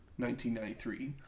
1993